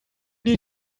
need